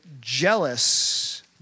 jealous